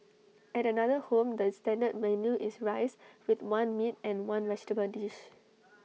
at another home the standard menu is rice with one meat and one vegetable dish